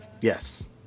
Yes